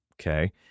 Okay